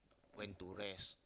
when to rest